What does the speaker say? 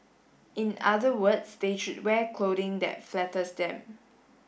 in other words they should wear clothing that flatters them